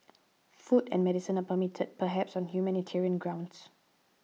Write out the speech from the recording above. food and medicine are permitted perhaps on humanitarian grounds